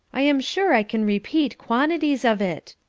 i am sure i can repeat quantities of it,